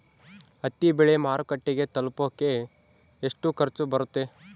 ಹತ್ತಿ ಬೆಳೆ ಮಾರುಕಟ್ಟೆಗೆ ತಲುಪಕೆ ಎಷ್ಟು ಖರ್ಚು ಬರುತ್ತೆ?